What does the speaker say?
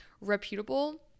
Reputable